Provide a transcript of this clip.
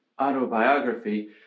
autobiography